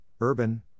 urban